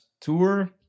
tour